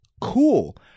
Cool